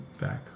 back